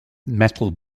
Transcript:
metal